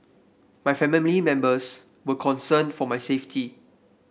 my family members were concerned for my safety